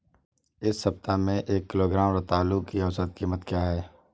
इस सप्ताह में एक किलोग्राम रतालू की औसत कीमत क्या है?